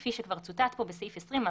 וכפי שכבר צוטט פה בסעיף 20,